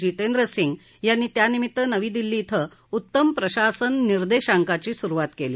जितेंद्र सिंग यांनी त्यानिमित्त नवी दिल्ली ध्वं उत्तम प्रशासन निर्देशांकाची सुरुवात केली